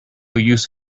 use